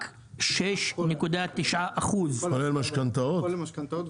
כולל משכנתאות?